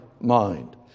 mind